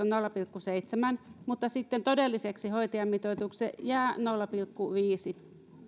nolla pilkku seitsemän mutta sitten todelliseksi hoitajamitoitukseksi jää nolla pilkku viidennen